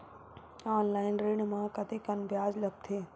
Online ऋण म कतेकन ब्याज लगथे?